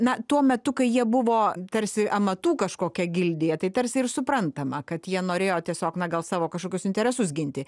na tuo metu kai jie buvo tarsi amatų kažkokia gildija tai tarsi ir suprantama kad jie norėjo tiesiog na gal savo kažkokius interesus ginti